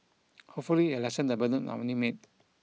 hopefully it'll lessen the burden on our new maid